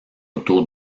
autour